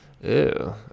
Ew